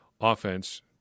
offense